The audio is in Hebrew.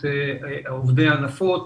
את עובדי הנפות,